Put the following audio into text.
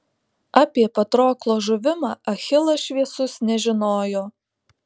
apie patroklo žuvimą achilas šviesus nežinojo